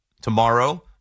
tomorrow